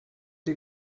die